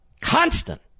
constant